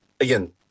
Again